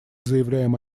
заявляем